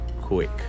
Quick